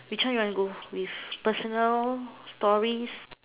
which one you want go with personal stories